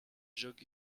jug